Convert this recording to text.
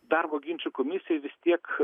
darbo ginčų komisijoj vis tiek